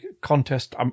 contest